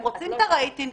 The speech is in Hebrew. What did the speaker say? הם רוצים את הרייטינג,